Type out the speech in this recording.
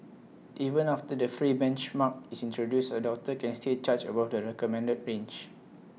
even after the free benchmark is introduced A doctor can still charge above the recommended range